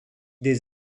des